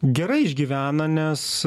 gerai išgyvena nes